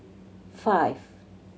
five